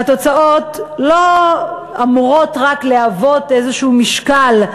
והתוצאות לא אמורות רק להיות איזשהו משקל,